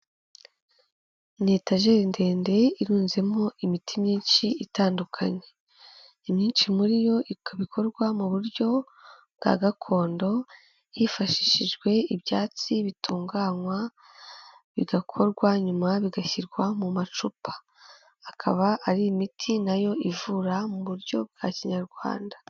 Ni etajeri ndende irunzemo imiti myinshi itandukanye. Imyinshi muri yo ikaba ikorwa mu buryo bwa gakondo, hifashishijwe ibyatsi bitunganywa bigakorwa nyuma bigashyirwa mu macupa. Akaba ari imiti na yo ivura mu buryo bwa Kinyarwanda.